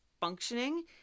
functioning